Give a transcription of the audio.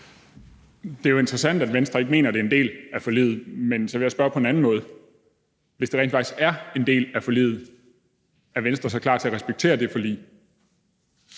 Det er jo interessant, at Venstre ikke mener, at det er en del af forliget, men så vil jeg spørge på en anden måde: Hvis det rent faktisk er en del af forliget, er Venstre så klar til at respektere det forlig?